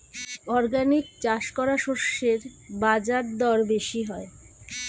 organically চাষ করা শস্যের বাজারদর বেশি হয়